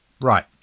Right